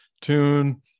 tune